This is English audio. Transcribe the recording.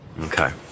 Okay